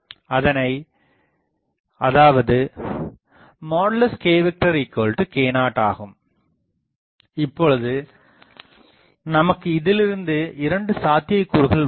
அதாவது kk0 ஆகும் இப்பொழுது நமக்கு இதிலிருந்து இரண்டு சாத்தியக்கூறுகள் உள்ளன